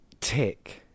tick